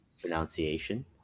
pronunciation